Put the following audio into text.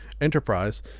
Enterprise